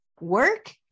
work